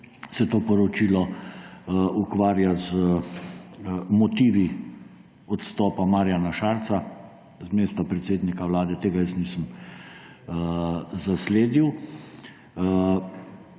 se to poročilo ukvarja z motivi odstopa Marjana Šarca z mesta predsednika vlade. Tega jaz nisem zasledil.